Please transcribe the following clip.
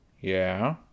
Yeah